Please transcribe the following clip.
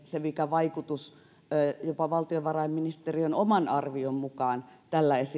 se vaikutus mikä jopa valtiovarainministeriön oman arvion mukaan tällä